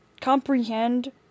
comprehend